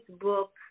book